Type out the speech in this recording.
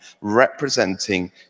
representing